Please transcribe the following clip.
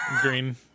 Green